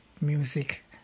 music